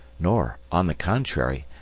nor, on the contrary,